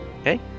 Okay